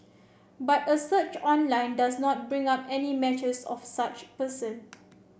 but a search online does not bring up any matches of such person